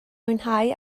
mwynhau